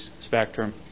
spectrum